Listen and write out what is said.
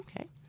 okay